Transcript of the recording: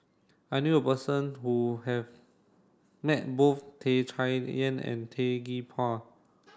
I knew a person who has met both Tan Chay Yan and Tan Gee Paw